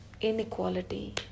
inequality